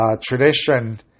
tradition